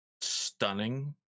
stunning